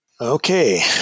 Okay